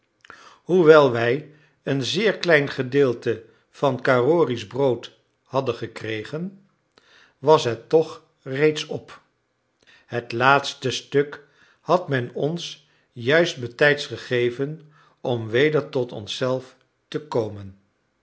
hoewel wij een zeer klein gedeelte van carrory's brood hadden gekregen was het toch reeds op het laatste stuk had men ons juist bijtijds gegeven om weder tot ons zelf te komen